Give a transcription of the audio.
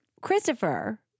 Christopher